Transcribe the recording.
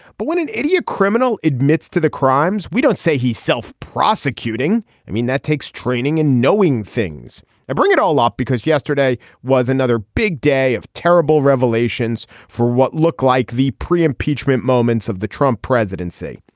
but when an idiot criminal admits to the crimes we don't say he's self prosecuting i mean that takes training and knowing things that bring it all up because yesterday was another big day of terrible revelations for what looked like the pre impeachment moments of the trump presidency.